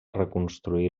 reconstruir